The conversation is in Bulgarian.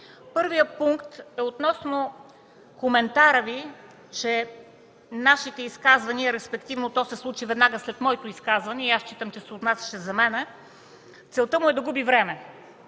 Първият пункт е относно коментара Ви, че нашите изказвания, респективно, защото то се случи веднага след моето изказване, и аз считам, че се отнасяше за мен, целта му е да губи време.